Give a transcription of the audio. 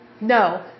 no